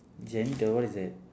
janitor what is that